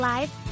Live